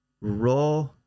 raw